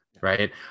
right